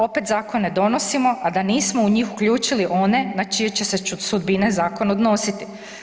Opet zakone donosimo, a da nismo u njih uključili one na čije će se sudbine zakon odnositi.